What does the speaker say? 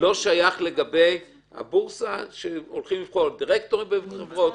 זה לא שייך לגבי הבורסה כשהולכים לבחור להם דירקטורים בחברות?